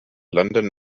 london